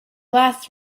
last